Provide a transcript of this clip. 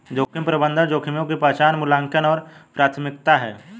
जोखिम प्रबंधन जोखिमों की पहचान मूल्यांकन और प्राथमिकता है